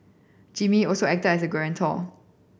Jimmy also acted as guarantor